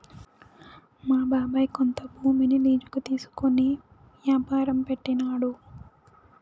మా బాబాయ్ కొంత భూమిని లీజుకి తీసుకునే యాపారం పెట్టినాడు